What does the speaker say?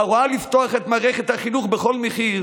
ההוראה לפתוח את מערכת החינוך בכל מחיר